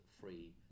free